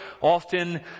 Often